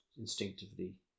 instinctively